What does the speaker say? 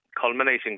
culminating